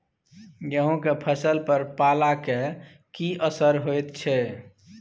गेहूं के फसल पर पाला के की असर होयत छै?